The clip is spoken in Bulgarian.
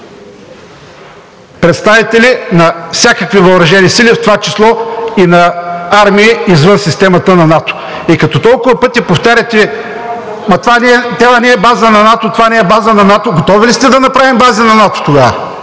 представители на всякакви въоръжени сили, в това число и на армии извън системата на НАТО. И като толкова пъти повтаряте: ама това не е база на НАТО, това не е база на НАТО, готови ли сте да направим бази на НАТО тогава,